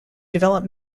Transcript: develop